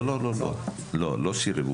לא סירב,